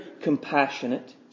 compassionate